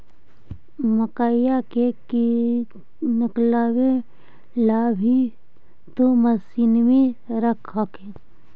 मकईया के निकलबे ला भी तो मसिनबे रख हखिन?